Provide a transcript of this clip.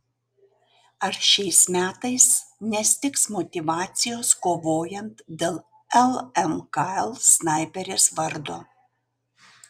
ar šiais metais nestigs motyvacijos kovojant dėl lmkl snaiperės vardo